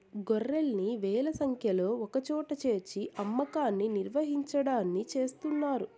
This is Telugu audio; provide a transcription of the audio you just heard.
గొర్రెల్ని వేల సంఖ్యలో ఒకచోట చేర్చి అమ్మకాన్ని నిర్వహించడాన్ని చేస్తున్నారు